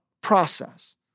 process